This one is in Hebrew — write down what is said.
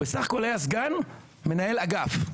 בסך הכול היה סגן מנהל אגף.